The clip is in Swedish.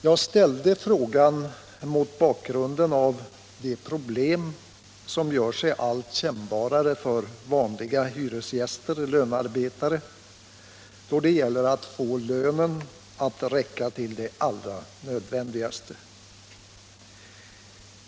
Jag ställde frågan mot bakgrund av de problem som gör sig alltmer kännbara för vanliga hyresgäster-lönarbetare då det gäller att få lönen att räcka till det allra nödvändigaste.